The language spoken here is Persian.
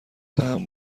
طعم